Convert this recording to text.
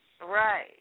Right